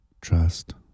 trust